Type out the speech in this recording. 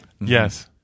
Yes